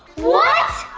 what! ooh.